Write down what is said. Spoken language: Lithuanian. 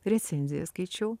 recenziją skaičiau